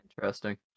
interesting